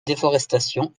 déforestation